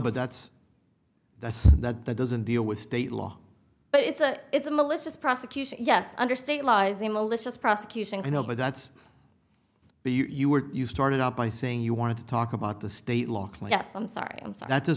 but that's that's that that doesn't deal with state law but it's a it's a malicious prosecution yes under state law is a malicious prosecution we know but that's the you were you started out by saying you want to talk about the state law